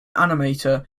animator